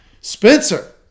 Spencer